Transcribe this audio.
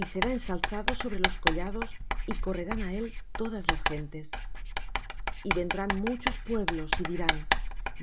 y será ensalzado sobre los collados y correrán á él todas las gentes y vendrán muchos pueblos y dirán